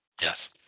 Yes